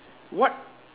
what